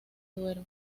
duero